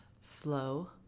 slow